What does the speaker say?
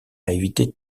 éviter